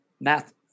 math